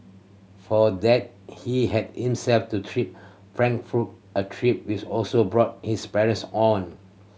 for that he had to trip Frankfurt a trip which also brought his parents on